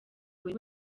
buri